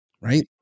right